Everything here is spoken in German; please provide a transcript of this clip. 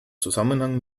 zusammenhang